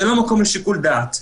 זה לא המקום לשיקול דעת.